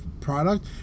product